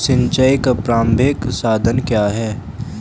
सिंचाई का प्रारंभिक साधन क्या है?